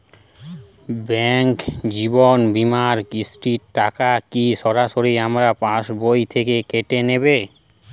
Bank জীবন বিমার কিস্তির টাকা কি সরাসরি আমার পাশ বই থেকে কেটে নিবে?